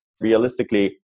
Realistically